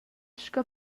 sco